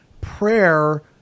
prayer